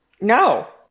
No